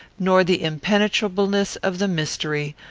nor the impenetrableness of the mystery,